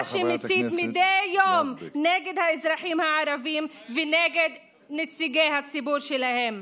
אתה זה שמסית מדי יום נגד האזרחים הערבים ונגד נציגי הציבור שלהם.